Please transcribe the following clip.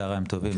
צוהריים טובים,